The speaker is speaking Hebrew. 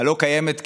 הלא-קיימת,